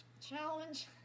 Challenge